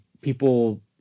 people